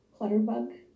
Clutterbug